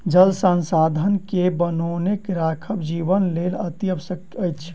जल संसाधन के बनौने राखब जीवनक लेल अतिआवश्यक अछि